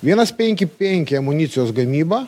vienas penki penki amunicijos gamyba